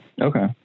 Okay